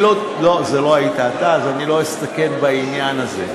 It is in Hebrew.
לא, זה לא היית אתה, אז אני לא אסתכן בעניין הזה,